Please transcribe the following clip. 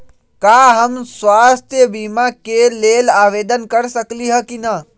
का हम स्वास्थ्य बीमा के लेल आवेदन कर सकली ह की न?